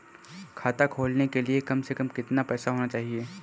खाता खोलने के लिए कम से कम कितना पैसा होना चाहिए?